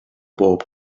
bob